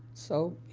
so, yeah,